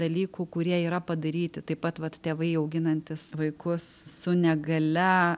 dalykų kurie yra padaryti taip pat vat tėvai auginantys vaikus su negalia